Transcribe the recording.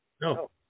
No